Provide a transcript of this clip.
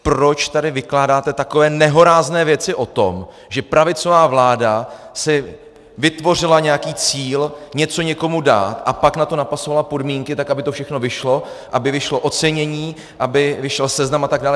Proč tady vykládáte takové nehorázné věci o tom, že pravicová vláda si vytvořila nějaký cíl něco někomu dát, a pak na to napasovala podmínky tak, aby to všechno vyšlo, aby vyšlo ocenění, aby vyšel seznam atd.?